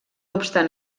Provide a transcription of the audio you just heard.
obstant